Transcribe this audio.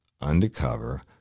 undercover